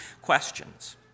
questions